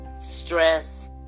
stress